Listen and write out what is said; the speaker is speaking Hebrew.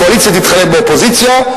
קואליציה תתחלף באופוזיציה,